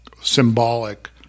symbolic